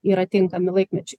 yra tinkami laikmečiui